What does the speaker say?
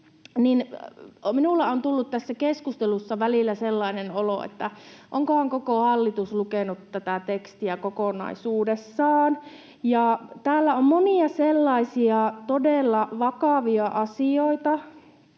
niin minulla on tullut tässä keskustelussa välillä sellainen olo, että onkohan koko hallitus lukenut tätä tekstiä kokonaisuudessaan. Täällä on monia sellaisia todella vakavia asioita,